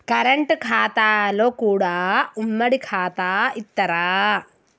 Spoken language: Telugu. కరెంట్ ఖాతాలో కూడా ఉమ్మడి ఖాతా ఇత్తరా?